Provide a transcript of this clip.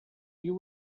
you